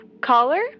Caller